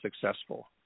successful